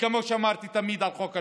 כמו שאמרתי תמיד על חוק הלאום,